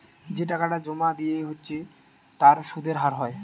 যে টাকাটা জোমা দিয়া হচ্ছে তার সুধের হার হয়